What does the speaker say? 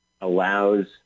allows